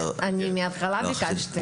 אני ביקשתי מההתחלה.